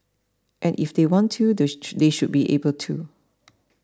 and if they want to they they should be able to